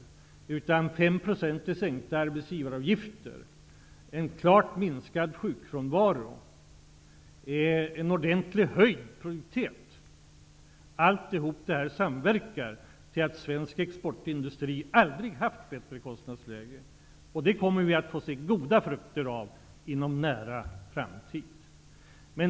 Till det kommer 5 % i sänkta arbetsgivaravgifter, en klart minskad sjukfrånvaro och en ordentligt höjd produktivitet. Allt detta samverkar till att svensk exportindustri aldrig haft ett bättre kostnadsläge. Det kommer vi att få se goda frukter av inom en nära framtid.